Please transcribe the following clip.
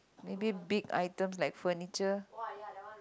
maybe big items like furniture